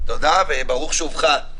תודה וברוך שובך.